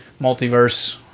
multiverse